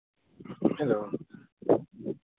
hello